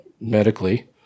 medically